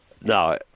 No